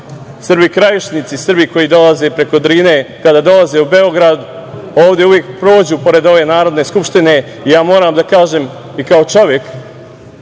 Srbi Krajišnici, Srbi koji dolaze preko Drine, kada dolaze u Beograd, ovde uvek prođu pored ove Narodne skupštine. Moram da kažem i kao čovek,